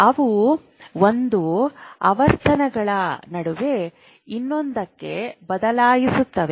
ಅವು ಒಂದು ಆವರ್ತನಗಳ ನಡುವೆ ಇನ್ನೊಂದಕ್ಕೆ ಬದಲಾಯಿಸುತ್ತವೆ